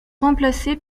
remplacés